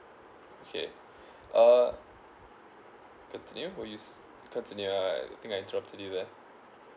okay uh continue or is continue uh like I think I drop to do that